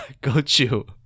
go-chew